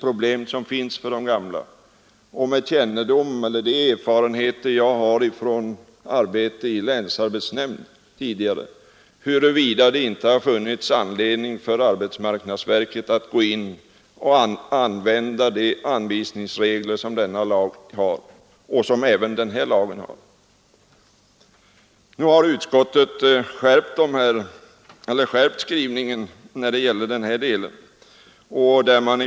Med tanke på de tidigare erfarenheter jag har av arbete i en länsarbetsnämnd undrar jag om det inte hade funnits anledning för arbetsmarknadsverket att använda de anvisningsmöjligheter som finns i 1971 års sysselsättningslag och som även återfinns i de nu föreslagna lagbestämmelserna. Utskottet har nu skärpt skrivningen i detta avseende.